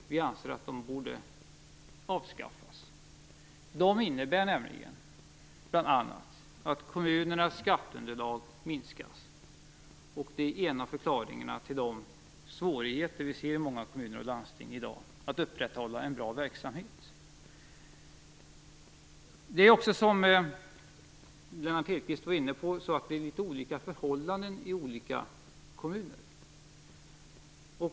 Vi anser att de borde avskaffas. De innebär nämligen bl.a. att kommunernas skatteunderlag minskas. Det är en av förklaringarna till de svårigheter att upprätthålla en bra verksamhet som vi ser i många kommuner och landsting i dag. Det är också, som Lennart Hedquist var inne på, litet olika förhållanden i olika kommuner.